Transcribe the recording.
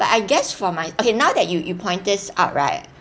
but I guess for my okay now that you you point this out right